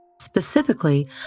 specifically